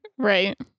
right